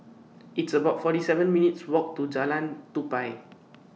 It's about forty seven minutes' Walk to Jalan Tupai